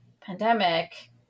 pandemic